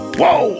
whoa